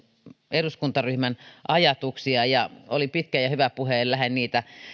eduskuntaryhmän ajatuksia ja oli pitkä ja hyvä puhe enkä lähde niitä